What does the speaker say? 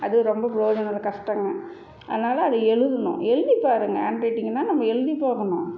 அது ரொம்ப பிரோயோஜனம் கஷ்டம்ங்க அதனால அதை எழுதுணும் எழுதி பாருங்கள் ஹேண்ட் ரைட்டிங்னா நம்ம எழுதி பார்க்கணும்